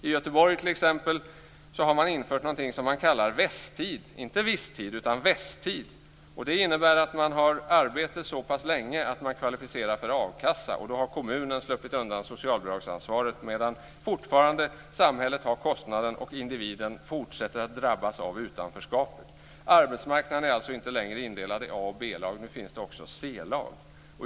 I Göteborg t.ex. har man infört vad som kallas för "vess tid", inte viss tid. Det innebär att man har arbete så pass länge att man är kvalificerad för a-kassa. Då har kommunen sluppit undan socialbidragsansvaret, medan samhället fortfarande har kostnaden och individen fortsätter att drabbas av utanförskapet. Arbetsmarknaden är alltså inte längre indelad i A och B-lag, utan nu finns det också C-lag.